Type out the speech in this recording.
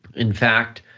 in fact,